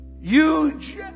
huge